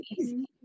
easy